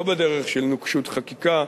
לא בדרך של נוקשות חקיקה,